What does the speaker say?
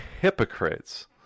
hypocrites